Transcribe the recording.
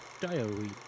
diary